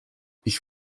ich